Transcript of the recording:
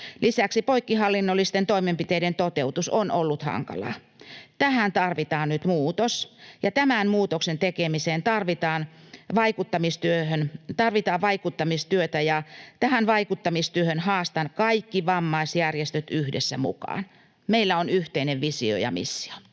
Lisäksi poikkihallinnollisten toimenpiteiden toteutus on ollut hankalaa. Tähän tarvitaan nyt muutos, ja tämän muutoksen tekemiseen tarvitaan vaikuttamistyötä. Tähän vaikuttamistyöhön haastan kaikki vammaisjärjestöt yhdessä mukaan. Meillä on yhteinen visio ja missio.